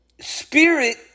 spirit